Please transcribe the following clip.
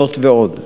זאת ועוד,